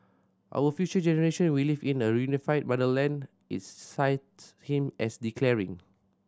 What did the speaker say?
our future generations will live in a reunified motherland its cites him as declaring